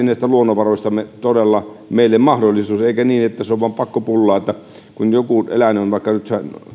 näistä luonnonvaroistamme meille mahdollisuus eikä niin että se on vain pakkopullaa niin että kun joku eläin on vaikka nyt